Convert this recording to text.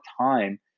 time